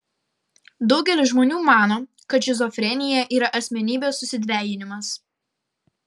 daugelis žmonių mano kad šizofrenija yra asmenybės susidvejinimas